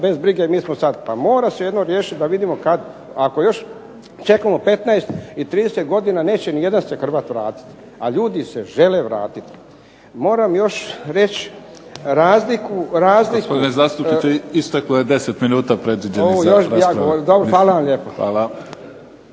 bez brige mi smo sada. Pa mora se jednom riješiti da vidimo, ako još čekamo 15 i 30 godina neće nijedan se Hrvat vratiti, a ljudi se žele vratiti. Moram još reći razliku. **Mimica, Neven (SDP)** Gospodine zastupniče isteklo je 10 minuta predviđenih za raspravu. **Mlinarić, Petar